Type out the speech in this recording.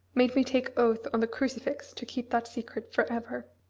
made me take oath on the crucifix to keep that secret for ever.